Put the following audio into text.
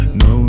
no